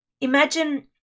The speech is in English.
Imagine